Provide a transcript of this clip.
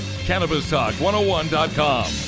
CannabisTalk101.com